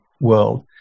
world